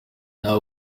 nta